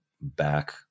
back